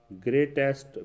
greatest